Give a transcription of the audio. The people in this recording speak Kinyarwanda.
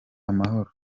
amahoro